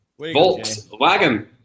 Volkswagen